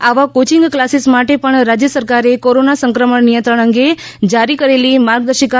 આવા coaching classes માટે પણ રાજ્ય સરકારે કોરોના સંક્રમણ નિયંત્રણ અંગે જારી કરેલી માર્ગદર્શિકા ડ